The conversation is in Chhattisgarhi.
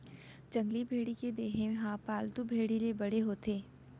जंगली भेड़ी के देहे ह पालतू भेड़ी ले बड़े होथे